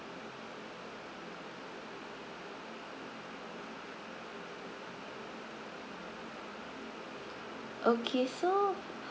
okay so